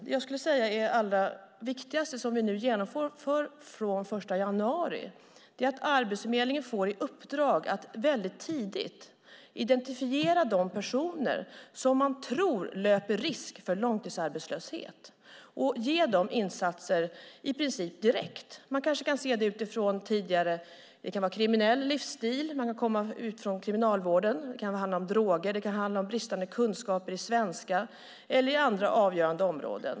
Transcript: Det jag skulle säga är det allra viktigaste som vi nu genomför från den 1 januari är att Arbetsförmedlingen får i uppdrag att väldigt tidigt identifiera de personer som man tror löper risk för långtidsarbetslöshet och ge dem insatser i princip direkt. Man kanske kan se det till exempel utifrån en tidigare kriminell livsstil, att man kommer ut från kriminalvården. Det kan handla om droger eller om bristande kunskaper i svenska eller inom andra avgörande områden.